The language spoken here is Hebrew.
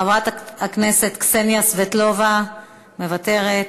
חברת הכנסת קסניה סבטלובה, מוותרת,